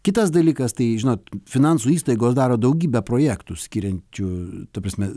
kitas dalykas tai žinot finansų įstaigos daro daugybę projektų skiriančių ta prasme